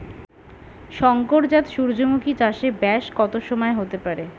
শংকর জাত সূর্যমুখী চাসে ব্যাস কত সময় হতে পারে?